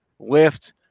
lyft